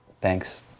Thanks